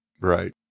Right